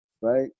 right